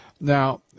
Now